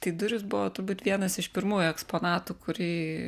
tai durys buvo turbūt vienas iš pirmųjų eksponatų kurį